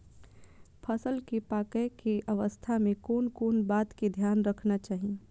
फसल के पाकैय के अवस्था में कोन कोन बात के ध्यान रखना चाही?